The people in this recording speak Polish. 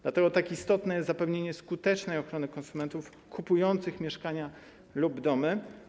Dlatego tak istotne jest zapewnienie skutecznej ochrony konsumentów kupujących mieszkania lub domy.